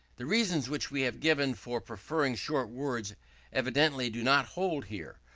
the reasons which we have given for preferring short words evidently do not hold here.